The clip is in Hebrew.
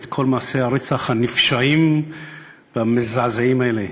כל מעשי הרצח הנפשעים והמזעזעים האלה,